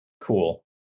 cool